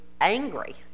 angry